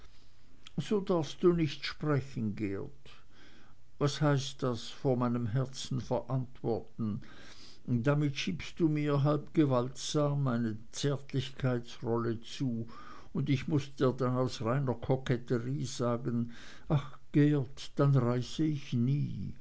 so darfst du nicht sprechen geert was heißt das vor meinem herzen verantworten damit schiebst du mir halb gewaltsam eine zärtlichkeitsrolle zu und ich muß dir dann aus reiner kokettene sagen ach geert dann reise ich nie